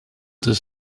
does